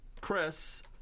Chris